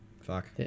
Fuck